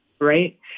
Right